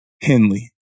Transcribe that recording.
Henley